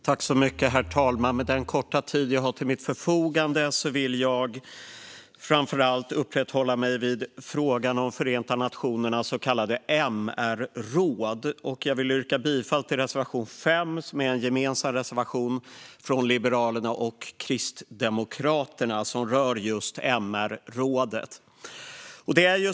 Herr talman! Under den korta tid som jag har till mitt förfogande vill jag framför allt uppehålla mig vid frågan om Förenta nationernas så kallade MR-råd. Jag vill yrka bifall till reservation 5 som är en gemensam reservation från Liberalerna och Kristdemokraterna och rör just MR-rådet.